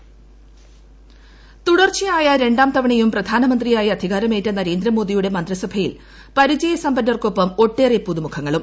മന്ത്രിസഭ പുതുമുഖം തുടർച്ചയായ രണ്ടാംതവണയും പ്രധാനമന്ത്രിയായി അധികാരമേറ്റ നരേന്ദ്രമോദിയുടെ മന്ത്രിസഭയിൽ പരിചയസമ്പന്നർക്കൊപ്പം ഒട്ടേറെ പുതുമുഖങ്ങളും